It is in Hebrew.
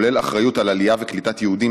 כולל אחריות לעלייה ולקליטת יהודים